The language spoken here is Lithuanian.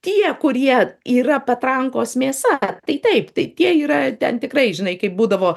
tie kurie yra patrankos mėsa tai taip tai tie yra ten tikrai žinai kaip būdavo